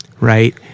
right